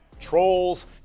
Trolls